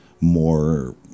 more